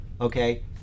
okay